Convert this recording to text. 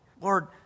Lord